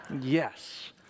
Yes